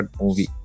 movie